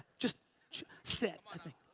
just sit, i think.